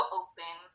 open